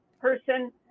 person